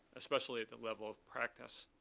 especially at the level of practice.